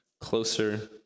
Closer